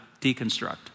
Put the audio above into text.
deconstruct